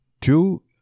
Two